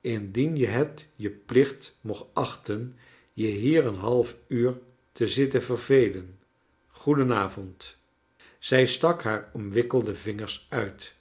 indien je het je plicht mocht achten je hier een half uur te zitten vervelen goeden avond zij stak haar omwikkelde vingers uit